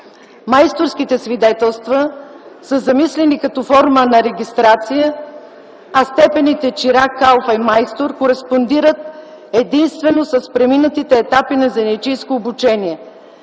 Майсторските свидетелства са замислени като форма на регистрация, а степените чирак, калфа и майстор кореспондират единствено с преминатите етапи на занаятчийско обучение.